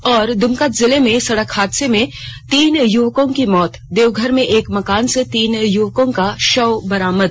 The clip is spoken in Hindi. और द्मका जिले में सड़क हादसे में तीन युवकों की मौत देवघर में एक मकान से तीन युवकों का शव बरामद